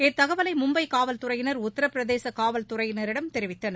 இத்தகவலை மும்பை காவல் துறையினர் உத்தரப்பிரதேச காவல் துறையினரிடம் தெரிவித்தனர்